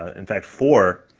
ah in fact four,